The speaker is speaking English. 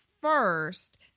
first